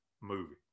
movie